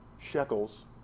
shekels